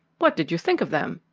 what did you think of them?